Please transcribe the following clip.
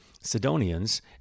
Sidonians